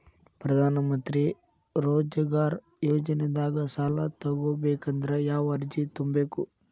ಪ್ರಧಾನಮಂತ್ರಿ ರೋಜಗಾರ್ ಯೋಜನೆದಾಗ ಸಾಲ ತೊಗೋಬೇಕಂದ್ರ ಯಾವ ಅರ್ಜಿ ತುಂಬೇಕು?